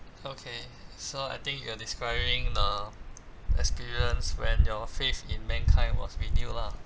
okay so I think you are describing the experience when your faith in mankind was renewed lah